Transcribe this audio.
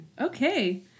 Okay